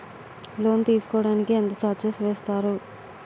Loan తీసుకోడానికి ఎంత charges వేస్తారు?